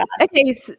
Okay